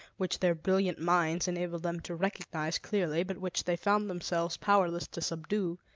which their brilliant minds enabled them to recognize clearly but which they found themselves powerless to subdue,